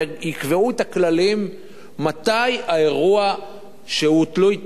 ויקבעו את הכללים מתי האירוע שהוא תלוי תקציב,